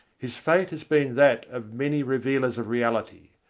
his fate has been that of many revealers of reality.